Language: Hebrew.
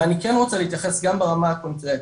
אבל אני כן רוצה להתייחס גם ברמה הקונקרטיים,